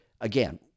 Again